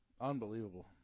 Unbelievable